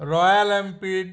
Royal Enfield